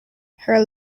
her